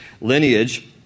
lineage